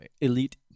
elite